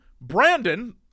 Brandon